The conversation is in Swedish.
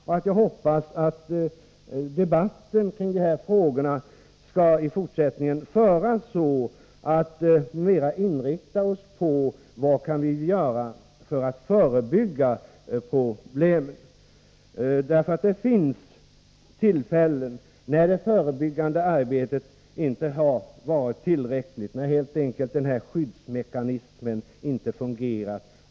Det är min förhoppning att debatten i fortsättningen mera kommer att gälla vad som kan göras för att vi skall kunna förebygga problemen. Det har hänt att det förebyggande arbetet inte varit tillräckligt. Skyddsmekanismen har helt enkelt inte fungerat.